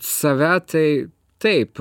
save tai taip